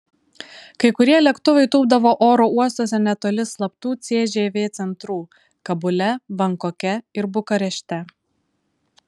kai kurie lėktuvai tūpdavo oro uostuose netoli slaptų cžv centrų kabule bankoke ir bukarešte